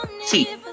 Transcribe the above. see